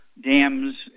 dams